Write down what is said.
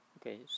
Okay